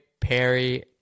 Perry